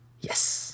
yes